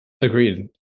Agreed